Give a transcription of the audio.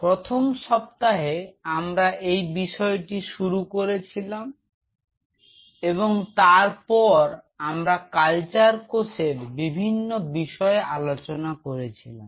প্রথম সপ্তাহে আমরা এই বিষয়টি শুরু করেছিলাম এবং তারপর আমরা কালচার কোষের বিভিন্ন বিষয় আলোচনা করেছিলাম